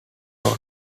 road